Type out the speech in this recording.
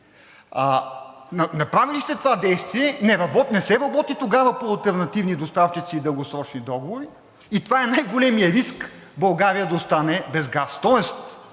направили сте това действие, не се работи тогава по алтернативни доставчици и дългосрочни договори и това е най-големият риск България да остане без газ.